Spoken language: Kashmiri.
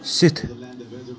سِتھ